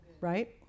Right